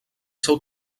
seu